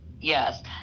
Yes